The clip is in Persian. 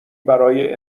برای